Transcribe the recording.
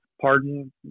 pardon